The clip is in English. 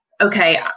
okay